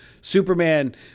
Superman